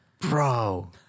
Bro